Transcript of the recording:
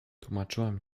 tłumaczyłam